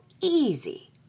easy